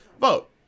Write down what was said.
Vote